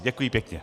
Děkuji pěkně.